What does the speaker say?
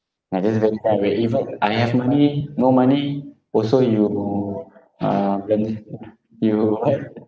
ya just ya even I have money no money also you uh you what